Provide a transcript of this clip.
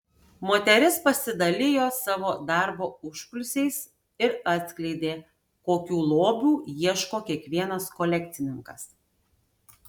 moteris pasidalijo savo darbo užkulisiais ir atskleidė kokių lobių ieško kiekvienas kolekcininkas